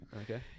okay